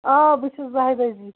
آ بہٕ چھیٚس زاہدہ جی